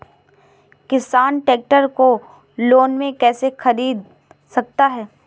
किसान ट्रैक्टर को लोन में कैसे ख़रीद सकता है?